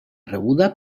rebuda